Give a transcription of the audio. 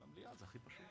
במליאה זה הכי פשוט.